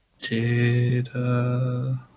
Data